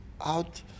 out